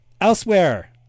elsewhere –